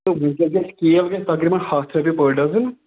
تہٕ وٕنۍکٮ۪س گژھِ کیل گژھِ تَقریٖباً ہَتھ رۄپیہِ پٔر ڈَزٕن